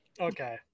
Okay